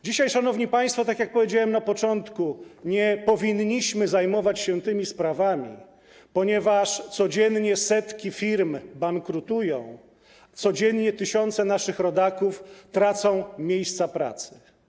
Dzisiaj, szanowni państwo, tak jak powiedziałem na początku, nie powinniśmy zajmować się tymi sprawami, ponieważ codziennie setki firm bankrutują, codziennie tysiące naszych rodaków tracą miejsca pracy.